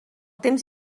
temps